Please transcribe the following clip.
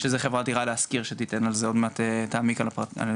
שזו חברת "דירה להשכיר" שתיתן על זה עוד מעט פירוט מלא ותעמיק על הנתונים